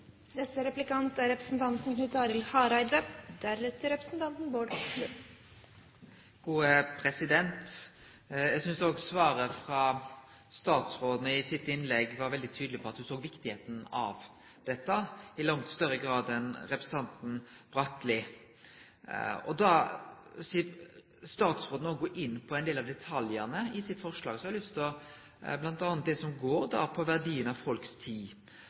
Eg synest òg statsråden i sitt innlegg var veldig tydeleg på at ho såg viktigheita av dette i langt større grad enn representanten Bratli. Statsråden går no inn på ein del av detaljane i sitt innlegg, m.a. det som går på verdien av folks tid.